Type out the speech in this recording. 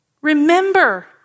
Remember